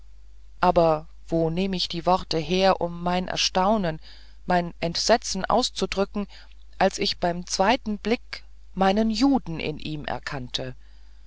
aber wo nehm ich worte her um mein erstaunen mein entsetzen auszudrücken als ich beim zweiten blick meinen juden in ihm erkannte